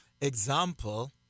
example